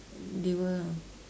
they will ah